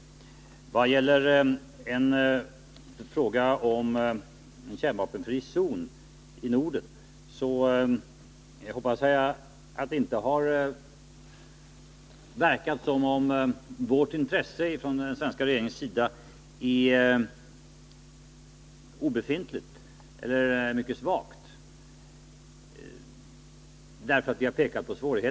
När det gäller frågan om en kärnvapenfri zon i Norden hoppas jag att det inte, på grund av att vi har pekat på svårigheterna, har verkat som om den svenska regeringens intresse för en sådan zon är obefintligt eller mycket svagt.